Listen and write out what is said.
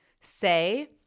Say